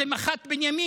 מח"ט בנימין,